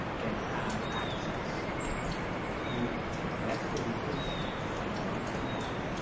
can have access to the best education that money can buy.